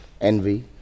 Envy